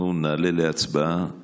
אנחנו נעלה להצבעה